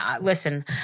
listen